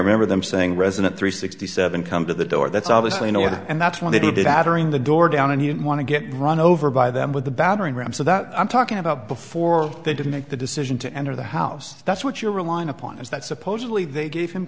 remember them saying resident three sixty seven come to the door that's obviously no one and that's what they do that are in the door down and he didn't want to get run over by them with the battering ram so that i'm talking about before they did make the decision to enter the house that's what you're relying upon is that supposedly they gave him